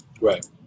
Right